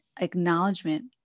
acknowledgement